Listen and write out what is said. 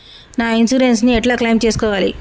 నా ఇన్సూరెన్స్ ని ఎట్ల క్లెయిమ్ చేస్కోవాలి?